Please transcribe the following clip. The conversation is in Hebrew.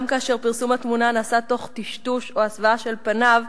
גם כאשר פרסום התמונה נעשה תוך טשטוש או הסוואה של פניו,